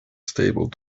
stable